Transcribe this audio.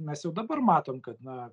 mes jau dabar matom kad na